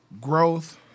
growth